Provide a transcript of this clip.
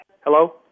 Hello